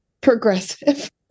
Progressive